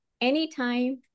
anytime